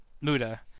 Muda